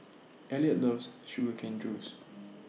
Eliot loves Sugar Cane Juice